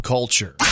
Culture